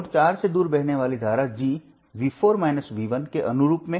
node चार से दूर बहने वाली धारा G के रूप में